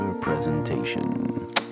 Presentation